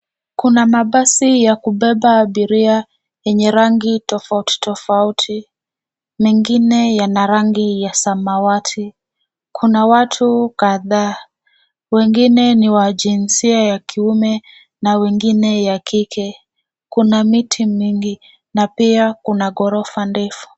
Kuna mabasi ya kubeba abiria yenye rangi tofauti tofauti .Mengine yana rangi ya samawati. Kuna watu kadhaa .Wengine ni wa jinsia ya kiume na wengine ya kike. Kuna miti mingi na pia ghorofa ndefu.